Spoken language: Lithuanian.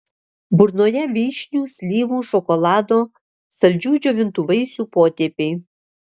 burnoje vyšnių slyvų šokolado saldžių džiovintų vaisių potėpiai